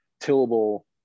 tillable